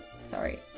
sorry